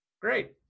Great